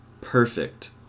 perfect